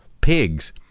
pigs